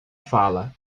fala